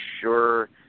sure